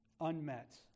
unmet